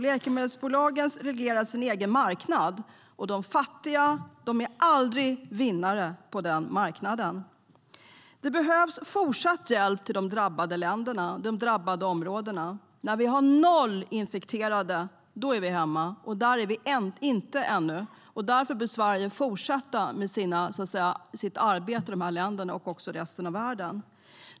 Läkemedelsbolagen reglerar sin egen marknad, och de fattiga är aldrig vinnare på den marknaden. Det behövs fortsatt hjälp till de drabbade områdena. När vi har noll infekterade är vi hemma, och där är vi inte än. Därför bör Sverige fortsätta med sitt arbete i dessa länder och även i resten av världen.